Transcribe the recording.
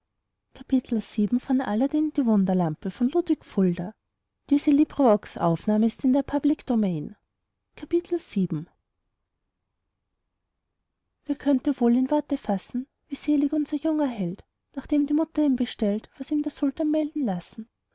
glück wer könnte wohl in worte fassen wie selig unser junger held nachdem die mutter ihm bestellt was ihm der sultan melden lassen